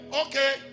okay